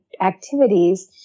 activities